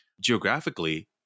geographically